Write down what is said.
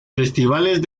festividades